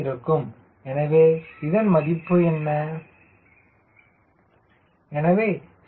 15 எனவே இதன் மதிப்பு என்ன Cm0 0